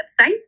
websites